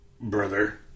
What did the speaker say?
Brother